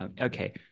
Okay